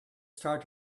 start